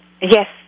Yes